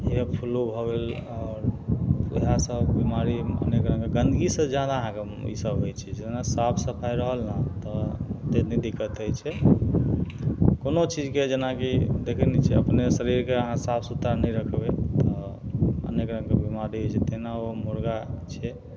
इएए flu भऽ गेल आओर वएह सब बीमारी अनेक रङ्गके गन्दगीसँ जादा अहाँके ई सब होइ छै जेना साफ सफाइ रहलने तऽ तनी दिक्कत होइ छै कोनो चीजके जेनाकि देखय नहि छै अपने शरीरके अहाँ साफ सुथरा नहि रखबय तऽ अनेक रङ्गके बीमारी होइ छै तेना ओ मुर्गा छै